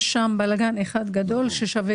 אבל גם שם יש בלגן אחד גדול ששווה